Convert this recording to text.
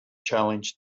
challenged